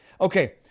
Okay